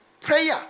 prayer